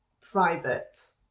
private